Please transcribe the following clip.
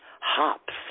hops